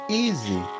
easy